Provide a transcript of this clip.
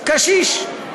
קשיש.